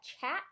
chat